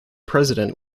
president